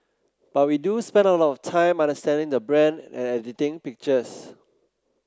but we do spend a lot of time understanding the brand and editing pictures